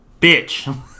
Bitch